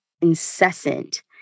incessant